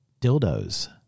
dildos